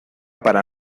para